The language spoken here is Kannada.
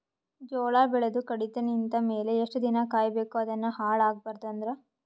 ಜೋಳ ಬೆಳೆದು ಕಡಿತ ನಿಂತ ಮೇಲೆ ಎಷ್ಟು ದಿನ ಕಾಯಿ ಬೇಕು ಅದನ್ನು ಹಾಳು ಆಗಬಾರದು ಅಂದ್ರ?